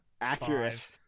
Accurate